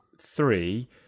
three